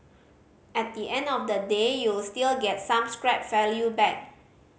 at the end of the day you'll still get some scrap value back